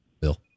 Bill